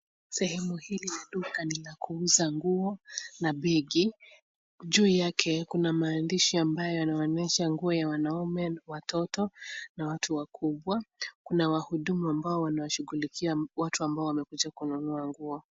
Sehemu hili la duka ni la kuuza nguo na begi. Juu yake kuna maandishi ambayo yanaonyesha nguo ya wanaume, watoto na watu wakubwa. Kuna wahudumu ambao wanashughulikia watu ambao wamekuja kununua nguo.